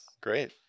Great